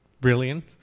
brilliant